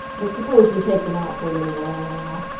but suppose we take them out for a little while now.